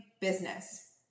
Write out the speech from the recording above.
business